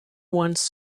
once